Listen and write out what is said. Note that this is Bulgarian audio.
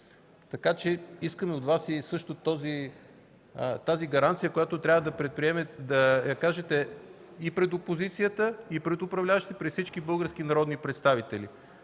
ръководи. Искам от Вас също тази гаранция, която трябва да кажете и пред опозицията, и пред управляващите, пред всички български народни представители: